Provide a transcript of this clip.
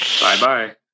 Bye-bye